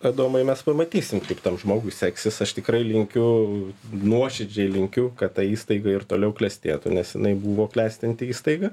adomai mes pamatysim kaip tam žmogui seksis aš tikrai linkiu nuoširdžiai linkiu kad ta įstaiga ir toliau klestėtų nes jinai buvo klestinti įstaiga